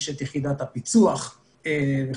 יש את יחידת הפיצוח וכדומה.